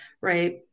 right